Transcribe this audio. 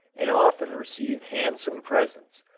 and often receive handsome presents.